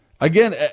again